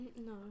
No